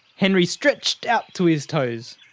henry stretched out to his toes.